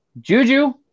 Juju